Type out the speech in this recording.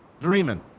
dreaming